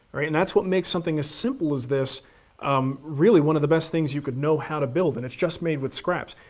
right? and that's what makes something as simple as this um really one of the best things you can know how to build and it's just made with scraps.